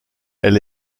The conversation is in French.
elle